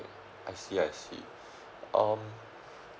I see I see um